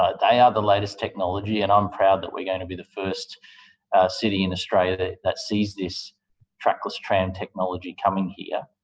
ah they are the latest technology, and i'm proud that we're going to be the first city in australia that that sees this trackless train and technology coming here.